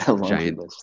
Giant